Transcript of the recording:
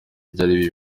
byari